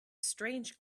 strange